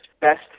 best